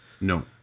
No